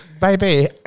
baby